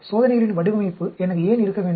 சோதனைகளின் வடிவமைப்பு எனக்கு ஏன் இருக்க வேண்டும்